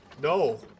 No